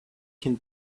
can